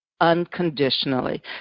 unconditionally